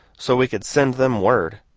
so we could send them word.